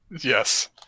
Yes